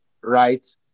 right